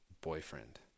boyfriend